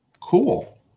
Cool